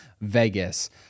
Vegas